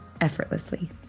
effortlessly